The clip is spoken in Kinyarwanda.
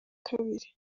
kabiri